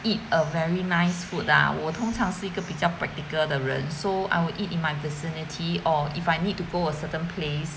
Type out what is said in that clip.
eat a very nice food lah 我通常是一个比较 practical 的人 so I will eat in my vicinity or if I need to go a certain place